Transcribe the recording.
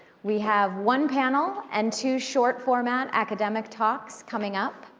we have one panel and two short format academic talks coming up,